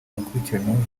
abakurikiranyweho